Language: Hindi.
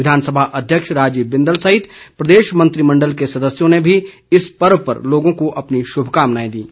विधानसभा अध्यक्ष राजीव बिंदल सहित प्रदेश मंत्रिमण्डल के सदस्यों ने भी इस पर्व पर लोगों को अपनी शुभकामनाएं दी हैं